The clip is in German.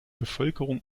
bevölkerung